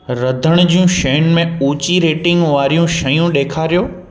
रधिण जूं शयुनि में उची रेटिंग वारियूं शयूं ॾेखारियो